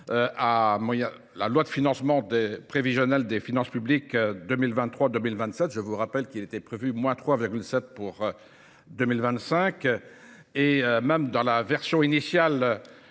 à la loi de financement prévisionnelle des finances publiques 2023-2027. Je vous rappelle qu'il était prévu moins 3,7 pour 2025. Et même dans la version initiale